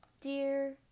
Dear